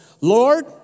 Lord